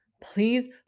please